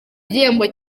igihembo